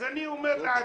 אז אני אומר לעצמי,